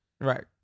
right